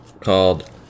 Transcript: called